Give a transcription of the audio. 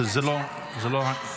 וזה עכשיו?